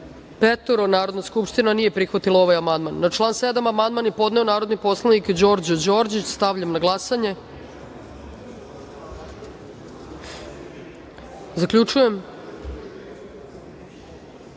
poslanika. Narodna skupština nije prihvatila ovaj amandman. Na član 7. amandman je podneo narodni poslanik Đorđo Đorđić. Stavljam na glasanje. Zaključujem